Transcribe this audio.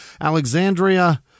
Alexandria